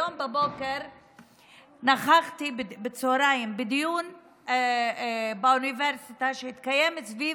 היום בצוהריים נכחתי בדיון באוניברסיטה שהתקיים סביב